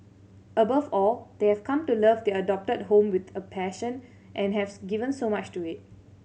above all they have come to love their adopted home with a passion and haves given so much to it